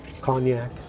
cognac